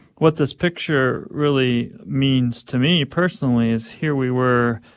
what this picture really means to me personally is here we were.